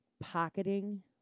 pocketing